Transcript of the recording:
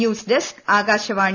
news desk Akashvani